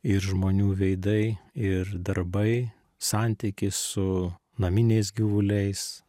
ir žmonių veidai ir darbai santykis su naminiais gyvuliais